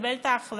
לקבל את ההחלטות